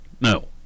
no